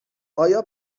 آیا